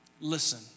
Listen